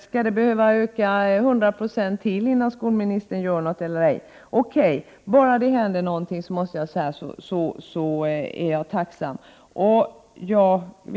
Skall det behöva bli 100 96 ökning igen innan skolministern gör någonting här? Men okej, bara det händer något är jag tacksam.